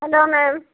hello ma'am